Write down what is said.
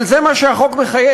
אבל זה מה שהחוק מחייב.